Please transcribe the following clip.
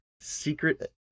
Secret